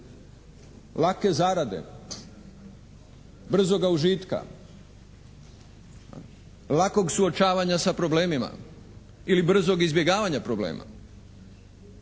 lake zarade, brzoga užitka, lakog suočavanja sa problemima ili brzog izbjegavanja problema.